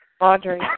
Audrey